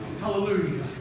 Hallelujah